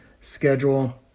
schedule